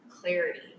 clarity